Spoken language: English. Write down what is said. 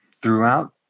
throughout